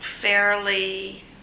fairly